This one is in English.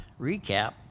Recap